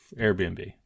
Airbnb